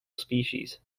species